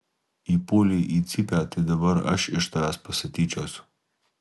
įpuolei į cypę tai dabar aš iš tavęs pasityčiosiu